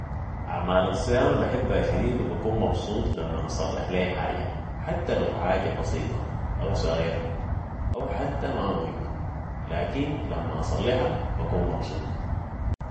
اعمال الصيانة بحبها شديد و بكون مبسوط لمن اصلح لي حاجة ، حتى لو حاجة بسيطة أو سغيرة أو حتى ما مهمة لكن لما الصلحها بكون مبسوط